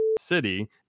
city